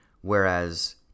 Whereas